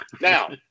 Now